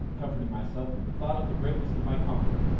comforting myself with the thought of the greatness of my conqueror,